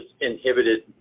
inhibited